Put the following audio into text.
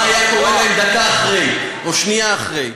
מדברים, מה היה קורה להם דקה אחרי, או שנייה אחרי?